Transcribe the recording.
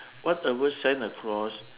whatever sent across